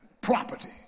Property